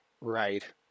Right